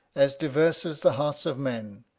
as diverse as the hearts of men,